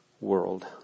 world